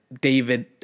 David